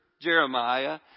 Jeremiah